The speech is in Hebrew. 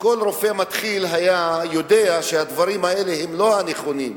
כל רופא מתחיל יודע שהדברים האלה לא נכונים.